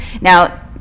now